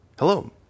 Hello